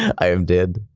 i am dead.